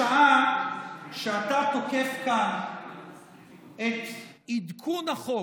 בשעה שאתה תוקף כאן את עדכון החוק,